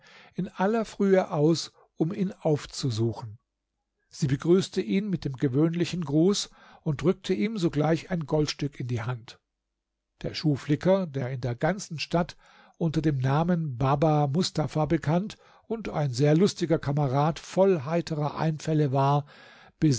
in aller frühe aus um ihn aufzusuchen sie begrüßte ihn mit dem gewöhnlichen gruß und drückte ihm sogleich ein goldstück in die hand der schuhflicker der in der ganzen stadt unter dem namen baba mustafa bekannt und ein sehr lustiger kamerad voll heiterer einfälle war